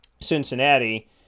Cincinnati